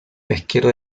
pesquero